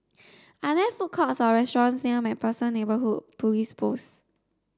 are there food courts or restaurants near MacPherson Neighbourhood Police Post